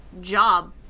job